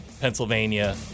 Pennsylvania